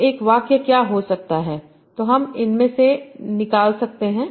तो एक वाक्य क्या हो सकता है जो हम इसमें से निकाल सकते हैं